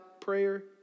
prayer